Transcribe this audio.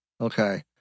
Okay